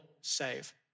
save